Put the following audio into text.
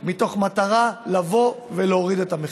מתוך מטרה לבוא ולהוריד את המחיר.